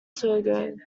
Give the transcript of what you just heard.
togo